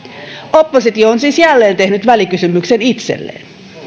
oppositio on siis jälleen tehnyt välikysymyksen itselleen